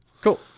Cool